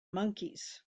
monkees